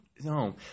no